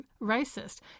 racist